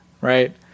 right